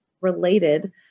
related